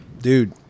dude